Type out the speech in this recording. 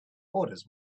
orders